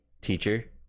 teacher